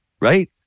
Right